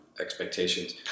expectations